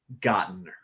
gotten